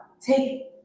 take